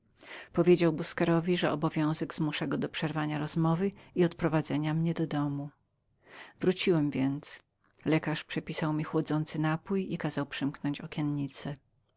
powiedział busquerowi że obowiązek jego zmuszał go do przerwania rozmowy i odprowadzenia mnie do domu wróciłem więc lekarz przepisał mi chłodzący napój i kazał przymykać okiennice